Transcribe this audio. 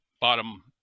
bottom